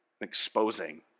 exposing